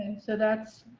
so that's